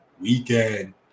weekend